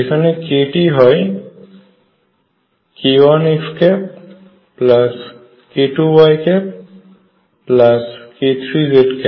যেখানে k টি হয় k1xk2yk3 z